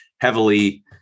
heavily